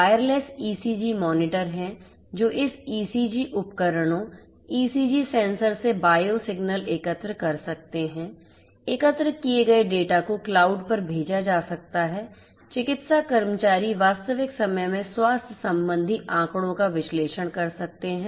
wireless ECG monitor हैं जो इस ईसीजी उपकरणों ईसीजी सेंसर से बायो सिग्नल एकत्र कर सकते हैं एकत्र किए गए डेटा को क्लाउड पर भेजा जा सकता है चिकित्सा कर्मचारी वास्तविक समय में स्वास्थ्य संबंधी आंकड़ों का विश्लेषण कर सकते हैं